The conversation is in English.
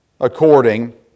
according